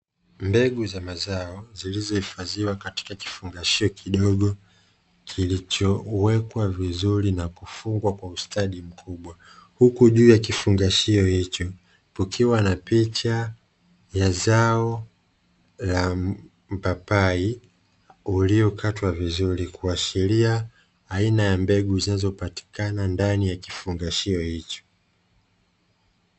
Mbegu za mazao zilizohifadhiwa katika kifungashio kidogo kilichowekwa vizuri na kufungwa kwa ustadi mkubwa, huku juu ya kifungashio hicho kukiwa na picha ya zao la mpapai uliokatwa vizuri kuashiria aina ya mbegu zinazopatikana ndani ya kifungashio hicho.